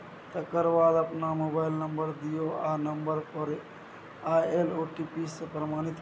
तकर बाद अपन मोबाइल नंबर दियौ आ नंबर पर आएल ओ.टी.पी सँ प्रमाणित करु